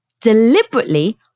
deliberately